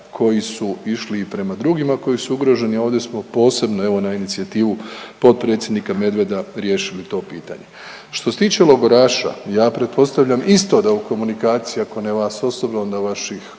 koji su išli i prema drugima koji su ugroženi, a ovdje smo posebno, evo na inicijativu potpredsjednika Medveda riješili to pitanje. Što se tiče logoraša ja pretpostavljam isto da u komunikaciji ako ne vas osobno onda vaših